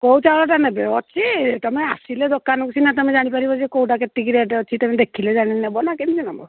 କୋଉ ଚାଉଳଟା ନେବେ ଅଛି ତମେ ଆସିଲେ ଦୋକାନକୁ ସିନା ତମେ ଜାଣିପାରିବ ଯେ କୋଉଟା କେତିକି ରେଟ୍ ଅଛି ତମେ ଦେଖିଲେ ଜାଣି ନେବ ନା କେମିତି ନବ